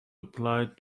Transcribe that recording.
applied